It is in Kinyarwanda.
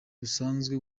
busanzwe